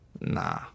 nah